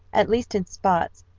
at least in spots,